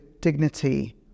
dignity